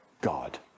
God